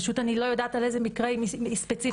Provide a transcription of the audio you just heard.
אני פשוט לא יודעת על איזה מקרה ספציפי היא מדברת.